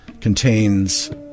contains